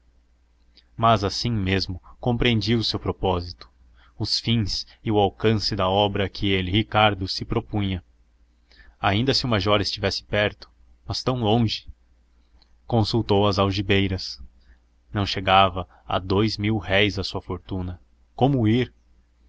mas assim mesmo compreendia o seu propósito os fins e o alcance da obra a que ele ricardo se propunha ainda se o major estivesse perto mas tão longe consultou as algibeiras não chegava a dous milréis a sua fortuna como ir